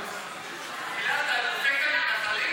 אינה נוכחת,